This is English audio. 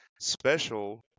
Special